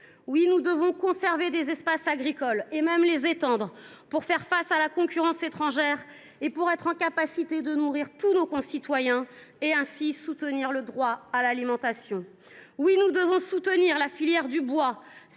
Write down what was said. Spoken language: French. Oui, nous devons conserver des espaces agricoles, et même les étendre, pour faire face à la concurrence étrangère et pour être en mesure de nourrir tous nos concitoyens et ainsi soutenir le droit à l’alimentation. Oui, nous devons soutenir la filière bois,